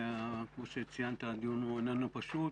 כמו שציינת, הדיון איננו פשוט.